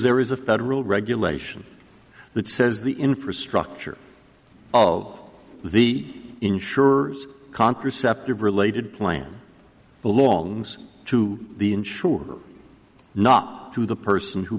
there is a federal regulation that says the infrastructure of the insurers contraceptive related plan belongs to the insurer not to the person who